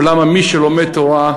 או למה מי שלומד תורה,